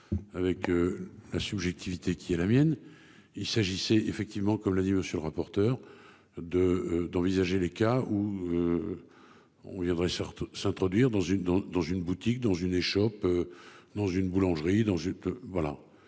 Avec. La subjectivité qui est la mienne. Il s'agissait effectivement comme l'a dit monsieur le rapporteur. De d'envisager les cas où. On viendrait ça s'introduire dans une, dans dans une boutique dans une échoppe. Dans une boulangerie dans je peux voilà